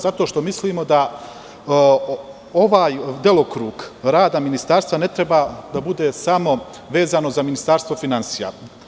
Zato što mislimo da ovaj delokrug rada Ministarstva ne treba da bude vezan samo za Ministarstvo finansija.